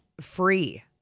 free